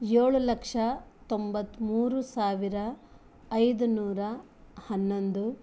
ಏಳು ಲಕ್ಷ ತೊಂಬತ್ತ್ಮೂರು ಸಾವಿರ ಐದು ನೂರ ಹನ್ನೊಂದು